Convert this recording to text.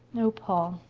oh, paul,